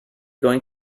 going